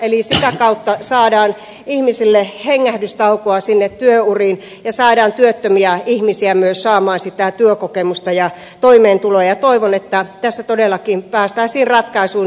eli sitä kautta saadaan ihmisille hengähdystaukoa sinne työuriin ja saadaan työttömiä ihmisiä myös saamaan sitä työkokemusta ja toimeentuloa ja toivon että tässä todellakin päästäisiin ratkaisuun